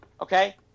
Okay